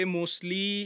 mostly